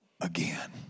again